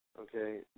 okay